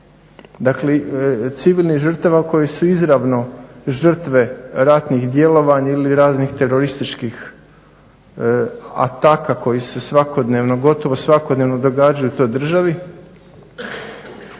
dakle civilnih žrtava koje su izravno žrtve ratnih djelovanja ili raznih terorističkih ataka koji se gotovo svakodnevno događaju u toj državi.